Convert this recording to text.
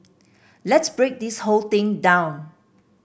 let's break this whole thing down